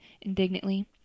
indignantly